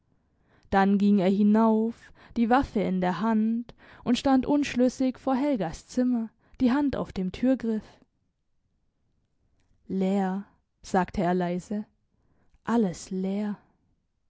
dann ging er hinauf die waffe in der hand und stand unschlüssig vor helgas zimmer die hand auf dem türgriff leer sagte er leise alles leer